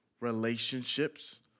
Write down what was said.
relationships